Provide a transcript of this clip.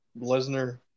Lesnar